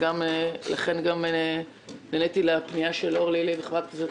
לכן גם נעניתי לפנייה של חברת הכנסת